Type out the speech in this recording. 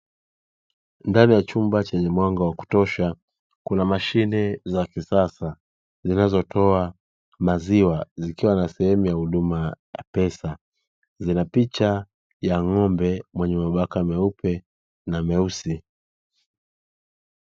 Ndani ya chumba chenye mwanga wa kutosha kuna mashine za kisasa zinazotoa maziwa zikiwa na sehemu ya huduma ya pesa, zina picha ya ng'ombe mwenye mabaka meupe na meusi.